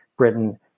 Britain